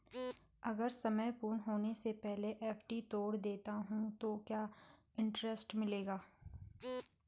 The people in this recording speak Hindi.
अगर समय पूर्ण होने से पहले एफ.डी तोड़ देता हूँ तो क्या इंट्रेस्ट मिलेगा?